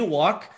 walk